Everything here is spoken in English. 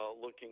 looking